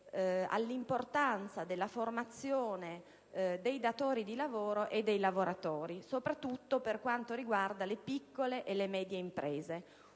all'importanza della formazione dei datori di lavoro e dei lavoratori, soprattutto per quanto riguarda le piccole e le medie imprese;